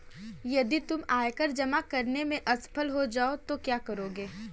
यदि तुम आयकर जमा करने में असफल हो जाओ तो क्या करोगे?